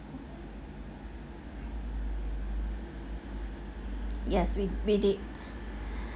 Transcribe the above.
yes we we did